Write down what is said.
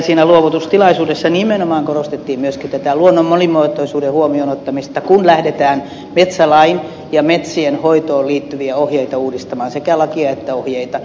eilen luovutustilaisuudessa nimenomaan korostettiin myöskin luonnon monimuotoisuuden huomioon ottamista kun lähdetään metsälakia ja metsien hoitoon liittyviä ohjeita uudistamaan sekä lakia että ohjeita